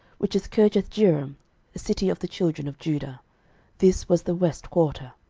which is kirjathjearim, a city of the children of judah this was the west quarter.